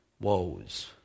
woes